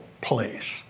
place